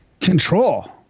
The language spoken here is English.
Control